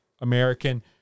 American